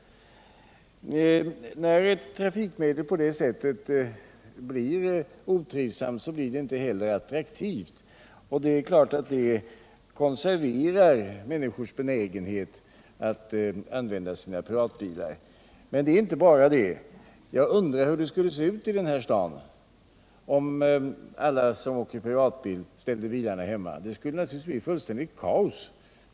När ett trafik medel blir otrivsamt blir det inte heller attraktivt. Det är klart att det konserverar människors benägenhet att använda sina privatbilar. Men det är inte bara det. Jag undrar hur det skulle se ut i den här stan om alla som åker privatbil ställde bilarna hemma. Det skulle bli fullständigt kaos.